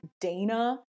Dana